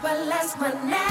bandęs mane